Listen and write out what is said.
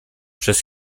przez